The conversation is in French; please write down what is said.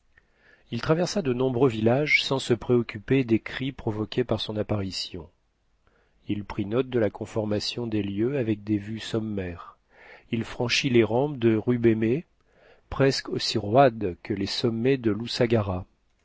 il traversa de nombreux villages sans se préoccuper des cris provoqués par son apparition il prit note de la conformation des lieux avec des vues sommaires il franchit les rampes du rubemhé presque aussi roides que les sommets de l'ousagara